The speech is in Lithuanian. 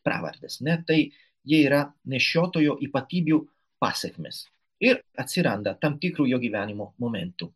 pravardės ne tai jie yra nešiotojo ypatybių pasekmės ir atsiranda tam tikru jo gyvenimo momentu